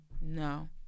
no